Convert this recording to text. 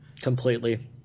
completely